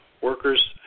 workers